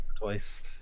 Twice